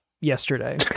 yesterday